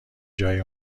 جای